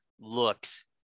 looks